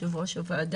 יושבת ראש הוועדה,